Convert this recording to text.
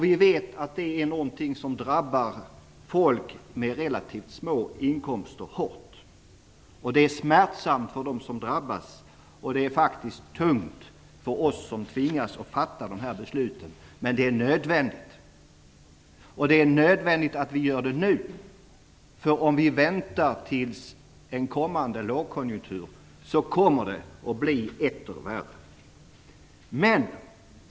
Vi vet att det är någonting som drabbar folk med relativt små inkomster hårt. Det är smärtsamt för dem som drabbas. Det är faktiskt också tungt för oss som tvingas fatta dessa beslut. Men det är nödvändigt. Det är nödvändigt att vi gör det nu. Om vi väntar till en kommande lågkonjunktur kommer det att bli etter värre.